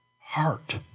heart